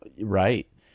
Right